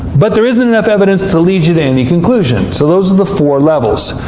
but there isn't enough evidence to lead you to any conclusion. so those are the four levels.